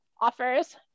offers